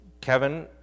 Kevin